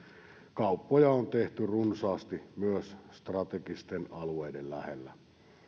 kauppoja on tehty runsaasti myös strategisten alueiden lähellä